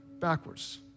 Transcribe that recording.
backwards